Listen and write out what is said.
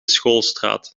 schoolstraat